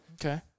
Okay